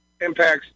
impacts